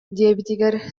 диэбитигэр